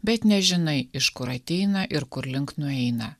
bet nežinai iš kur ateina ir kur link nueina